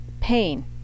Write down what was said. Pain